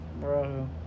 Bro